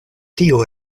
tiu